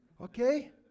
Okay